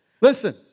Listen